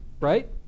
right